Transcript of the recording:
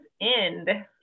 end